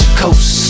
coast